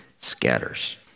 scatters